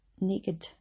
naked